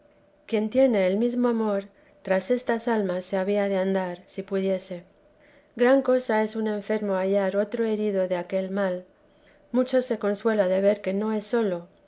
quien tiene el mesmo amor tras estas almas se había de andar si pudiese gran cosa es a un enfermo hallar otro herido de aquel mal mucho se consuela de ver que no es solo